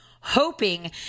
hoping